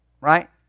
Right